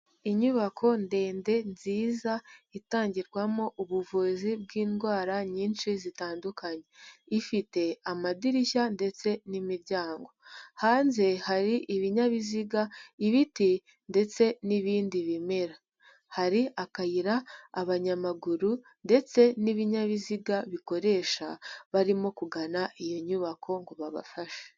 Inyubako ndende nziza itangirwamo ubuvuzi bw'indwara nyinshi zitandukanye, ifite amadirishya ndetse n'imiryango, hanze hari ibinyabiziga, ibiti ndetse n'ibindi bimera, hari akayira abanyamaguru ndetse n'ibinyabiziga bikoresha barimo kugana iyo nyubako ngo babafashe.